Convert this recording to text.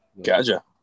Gotcha